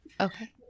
Okay